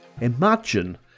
Imagine